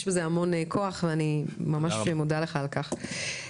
יש בזה המון כוח ואני ממש מודה לך על כך.